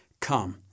Come